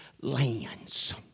lands